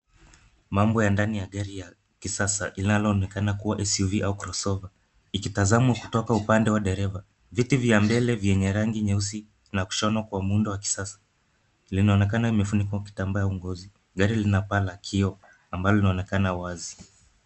Maumbo ya ndani ya gari ya kisasa, inayoonekana kuwa SUV, au crossover , ikitazamwa kutoka upande wa dereva, viti vya mbele venye rangi nyeusi, na kushonwa kwa muundo wa kisasa, linaonekana limefunikwa kitambaa, au ngozi, gari lina paa la kioo, ambalo linaonekana wazi.